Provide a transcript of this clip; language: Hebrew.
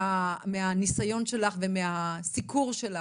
מהניסיון שלך ומהסיקור שלך,